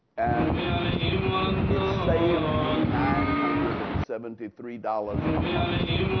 and it saved me nine hundred and seventy three dollars a month.